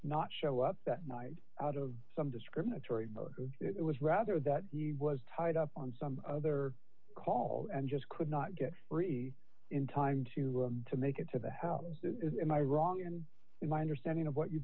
not show up that night out of some discriminatory it was rather that he was tied up on some other call and just could not get free in time to to make it to the house is am i wrong in my understanding of what you